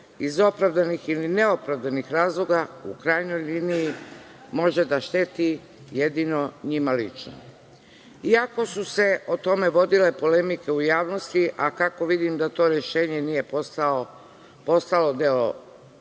iz opravdanih ili neopravdanih razloga u krajnjoj liniji može da šteti jedino njima lično. Iako su se o tome vodile polemike u javnosti, a kako vidim da to rešenje nije postalo deo